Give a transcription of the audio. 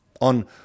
on